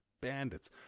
bandits